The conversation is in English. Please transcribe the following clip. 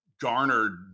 garnered